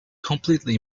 completely